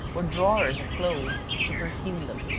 or drawers of clothes, to perfume them.